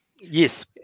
Yes